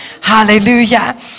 Hallelujah